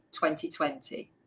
2020